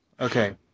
Okay